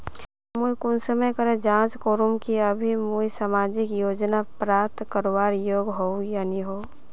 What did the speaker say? मुई कुंसम करे जाँच करूम की अभी मुई सामाजिक योजना प्राप्त करवार योग्य होई या नी होई?